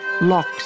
locks